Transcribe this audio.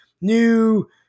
new